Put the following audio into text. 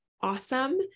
awesome